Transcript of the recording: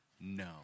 no